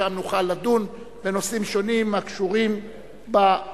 ושם נוכל לדון בנושאים שונים הקשורים בבעיות